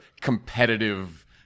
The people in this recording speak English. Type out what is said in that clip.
competitive